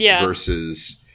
versus